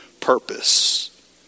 purpose